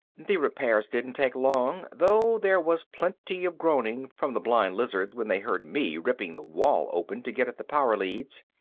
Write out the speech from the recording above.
the repairs didn't take long, though there was plenty of groaning from the blind lizards when they heard me ripping the wall open to get at the power leads.